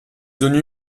zones